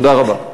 תודה רבה.